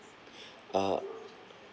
uh